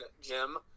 jim